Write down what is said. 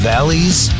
Valley's